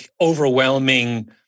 overwhelming